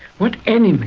what animated